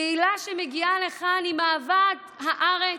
קהילה שמגיעה לכאן עם אהבת הארץ,